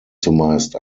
zumeist